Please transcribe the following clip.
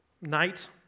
night